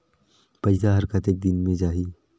पइसा हर कतेक दिन मे जाही?